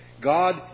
God